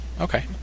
Okay